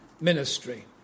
ministry